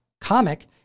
comic